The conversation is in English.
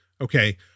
Okay